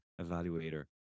evaluator